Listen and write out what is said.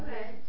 Okay